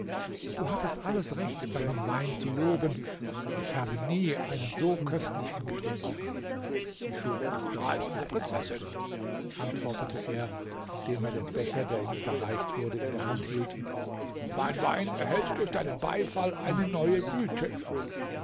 du hattest alles recht deinen wein zu loben ich habe nie einen so köstlichen getrunken reizende prinzessin antwortete er indem er den becher der ihm überreicht wurde in der hand hielt mein wein erhält durch deinen beifall eine neue güte